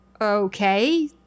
Okay